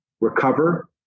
recover